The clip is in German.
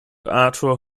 arthur